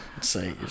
say